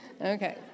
Okay